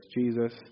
Jesus